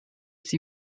sie